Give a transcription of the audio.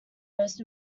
most